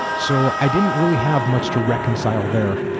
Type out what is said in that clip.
so i didn't really have much to reconcile there.